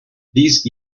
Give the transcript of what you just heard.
those